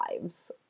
lives